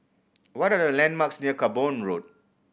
what are the landmarks near Camborne Road